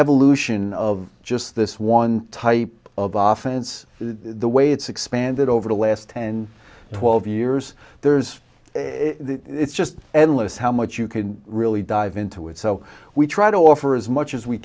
evolution of just this one type of often it's the way it's expanded over the last ten twelve years there's it's just endless how much you can really dive into it so we try to offer as much as we